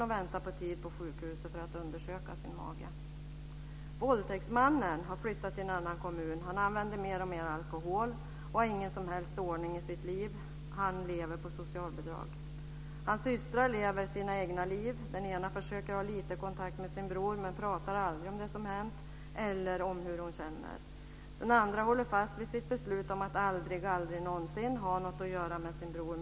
Han väntar på tid på sjukhus för att undersöka sin mage. Våldtäktsmannen har flyttat till en annan kommun. Han använder mer och mer alkohol, och har ingen som helst ordning i sitt liv. Han lever på socialbidrag. Hans systrar lever sina egna liv. Den ena försöker ha lite kontakt med sin bror, men pratar aldrig om det som hänt eller om hur hon känner. Den andra håller fast vid sitt beslut att aldrig någonsin mer ha något att göra med sin bror.